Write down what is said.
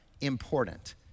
important